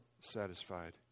satisfied